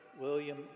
William